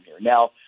Now